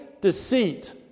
deceit